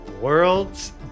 World's